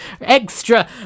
extra